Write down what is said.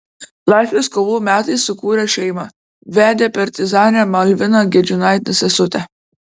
laisvės kovų metais sukūrė šeimą vedė partizanę malviną gedžiūnaitę sesutę